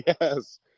Yes